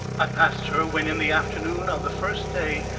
i passed her when in the afternoon of the first day,